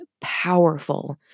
powerful